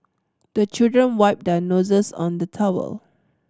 the children wipe their noses on the towel